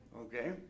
Okay